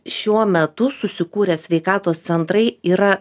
šiuo metu susikūrę sveikatos centrai yra